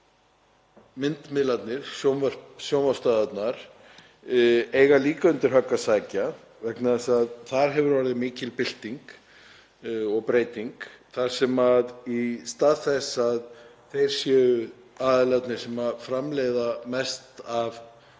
myndmiðlarnir, sjónvarpsstöðvarnar, eiga líka undir högg að sækja vegna þess að þar hefur orðið mikil bylting og breyting. Í stað þess að þeir séu aðilarnir sem framleiða mest af